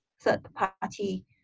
third-party